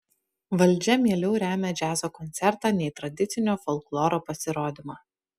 valdžia mieliau remia džiazo koncertą nei tradicinio folkloro pasirodymą